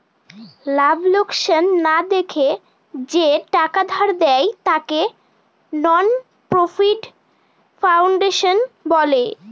লাভ লোকসান না দেখে যে টাকা ধার দেয়, তাকে নন প্রফিট ফাউন্ডেশন বলে